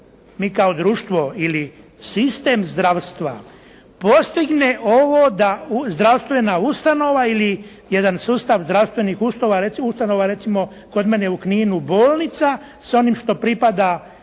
mi kao društvo ili sistem zdravstva postigne ovo da zdravstvena ustanova ili jedan sustav zdravstvenih ustanova, recimo kod mene u Kninu bolnica sa onim što pripada